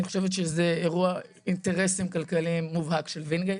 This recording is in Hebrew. אני חושבת שזה אירוע עם אינטרס כלכלי מובהק של ווינגיט,